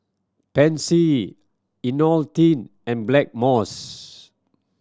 Pansy Ionil T and Blackmores